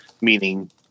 meaning